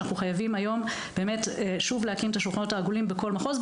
שאנחנו חייבים היום באמת שוב להקים את השולחנות העגולים בכל מחוז.